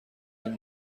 این